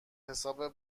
حساب